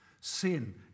Sin